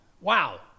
wow